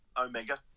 Omega